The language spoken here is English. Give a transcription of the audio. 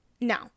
no